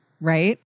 Right